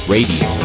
Radio